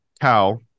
cow